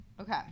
Okay